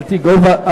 אל תרעו.